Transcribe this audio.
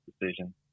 decision